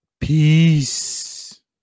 peace